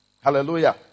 Hallelujah